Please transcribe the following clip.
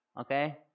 okay